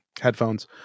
headphones